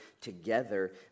together